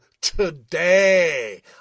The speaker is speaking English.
today